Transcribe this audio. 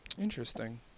Interesting